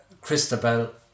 Christabel